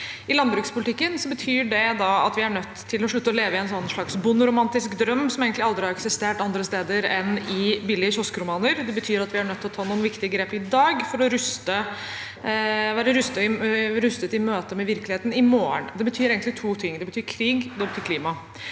I landbrukspolitikken betyr det at vi er nødt til å slutte å leve i en slags bonderomantisk drøm som egentlig aldri har eksistert andre steder enn i billige kioskromaner. Det betyr at vi er nødt til å ta noen viktige grep i dag for å være rustet i møte med virkeligheten i morgen. Det betyr egentlig to ting: Det betyr krig, og det